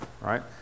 right